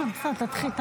בסדר, בסדר, תמשיך.